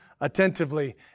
attentively